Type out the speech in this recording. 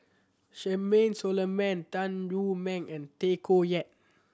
Charmaine Solomon Tan Lu Meng and Tay Koh Yat